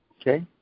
okay